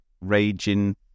raging